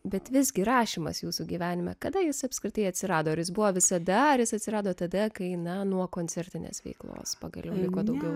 bet visgi rašymas jūsų gyvenime kada jis apskritai atsirado jis buvo visada ar jis atsirado tada kai ne nuo koncertinės veiklos pagaliau liko daugiau